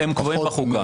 הם קבועים בחוקה.